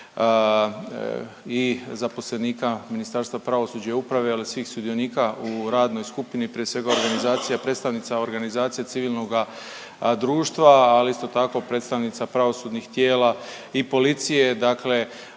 i zaposlenika Ministarstva pravosuđa i uprave ali i svih sudionika u radnoj skupini prije svega organizacija, predstavnica organizacija civilnoga društva, ali isto tako predstavnica pravosudnih tijela i policije. Dakle,